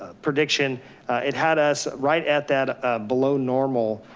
ah prediction it had us right at that ah below normal